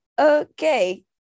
Okay